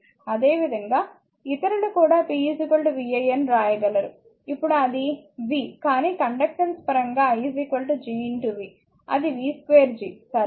అదేవిధంగా ఇతరులు కూడా p vi అని వ్రాయగలరు ఇప్పుడు అది v కానీ కండక్టెన్స్ పరంగా i G v అది v2 G సరే